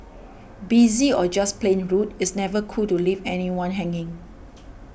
busy or just plain rude it's never cool to leave anyone hanging